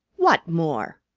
what more?